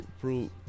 prove